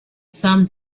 some